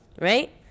right